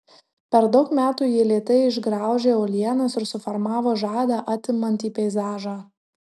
per daug metų ji lėtai išgraužė uolienas ir suformavo žadą atimantį peizažą